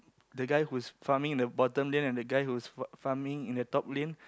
the guy who is farming at the bottom lane and the guy who is farming at the top lane